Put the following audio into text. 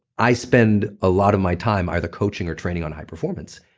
i spend a lot of my time either coaching or training on high performance.